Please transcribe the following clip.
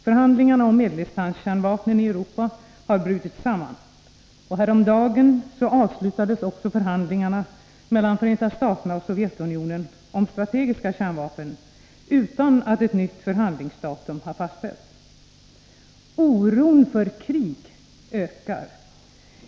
Förhandlingarna om medeldistanskärnvapnen i Europa har brutit samman. Häromdagen avslutades också förhandlingarna mellan Förenta staterna och Sovjetunionen om strategiska kärnvapen utan att något nytt förhandlingsdatum hade fastställts. Oron för krig ökar.